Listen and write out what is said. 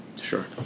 Sure